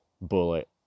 bullet